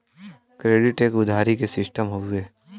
credit एक उधारी के सिस्टम हउवे